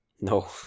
No